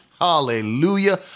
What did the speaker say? Hallelujah